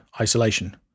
isolation